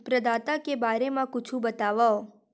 प्रदाता के बारे मा कुछु बतावव?